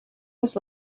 was